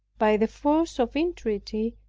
by the force of entreaty,